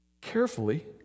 carefully